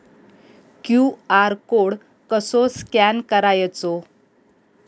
QR code कसो scan करायचो?